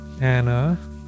Anna